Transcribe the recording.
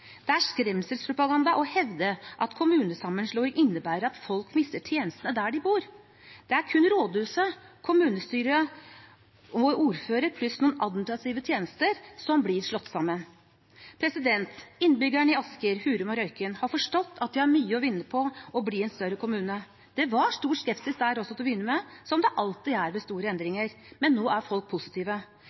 Det er skremselspropaganda å hevde at kommunesammenslåing innebærer at folk mister tjenestene der de bor. Det er kun rådhuset, kommunestyret og ordføreren pluss noen administrative tjenester som blir slått sammen. Innbyggerne i Asker, Hurum og Røyken har forstått at de har mye å vinne på å bli en større kommune. Det var stor skepsis der også til å begynne med, slik det alltid er ved store endringer, men nå er folk positive.